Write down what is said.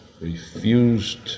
refused